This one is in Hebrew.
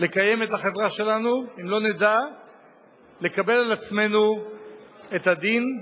לקיים את החברה שלנו אם לא נדע לקבל על עצמנו את הדין,